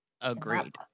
Agreed